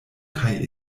kaj